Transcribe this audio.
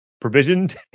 provisioned